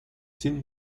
sind